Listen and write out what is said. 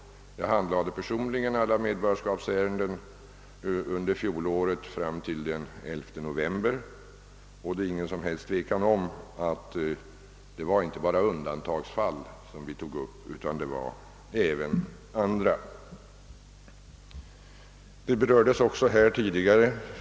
Jag handlade personligen alla medborgarskapsärenden fram till den 11 november förra året. Det råder inget som helst tvivel om att det inte var bara undantagsfall som vi tog upp; vi behandlade även andra fall.